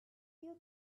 you